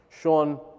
Sean